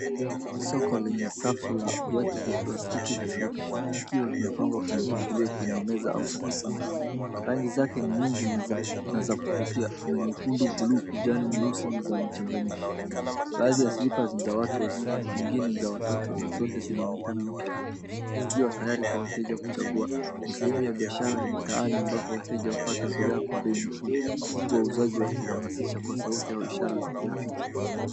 Ni soko lenye safu la viatu vya plastiki na slipas. Vikiwa vimepangwa kwa mpangilio kwenye meza au sakafu. Rangi zake ni nyingi na za kuvutia. Kuna nyekundu, bluu, kijani, nyeusi na za mchanganyiko. Baadhi ya slipas ni za watu wazima, zingine za watoto na zote zinaonekana mpya. Zikiwa tayari kwa wateja kuchagua. Ni sehemu ya biashara ya mitaani ambapo wateja hupata bidhaa kwa bei nafuu. Huku wauzaji wakihamasisha kwa sauti au ishara za kirafiki.